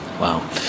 Wow